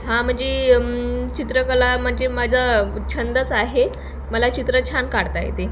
हा म्हणजे चित्रकला म्हणजे माझा छंदच आहे मला चित्र छान काढता येते